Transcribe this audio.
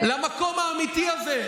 למקום האמיתי הזה,